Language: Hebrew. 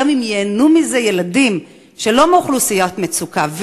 גם אם ייהנו מזה ילדים שלא מאוכלוסיית מצוקה,